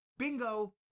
Bingo